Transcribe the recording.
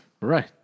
Right